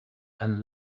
and